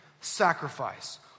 sacrifice